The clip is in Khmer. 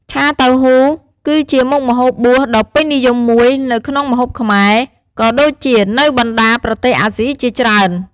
ឆាតៅហ៊ូ គឺជាមុខម្ហូបបួសដ៏ពេញនិយមមួយនៅក្នុងម្ហូបខ្មែរ ក៏ដូចជានៅបណ្ដាប្រទេសអាស៊ីជាច្រើន។